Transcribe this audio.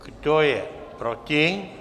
Kdo je proti?